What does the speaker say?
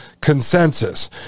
consensus